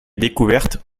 découverte